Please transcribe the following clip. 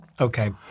okay